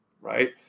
Right